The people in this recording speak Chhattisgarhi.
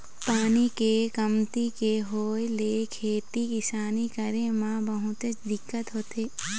पानी के कमती के होय ले खेती किसानी करे म बहुतेच दिक्कत होथे